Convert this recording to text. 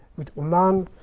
with oman.